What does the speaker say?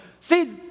See